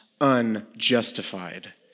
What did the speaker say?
unjustified